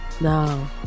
No